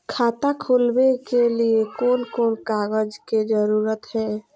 खाता खोलवे के लिए कौन कौन कागज के जरूरत है?